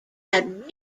had